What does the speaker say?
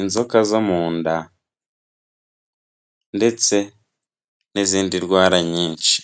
inzoka zo mu nda ndetse n'izindi ndwara nyinshi.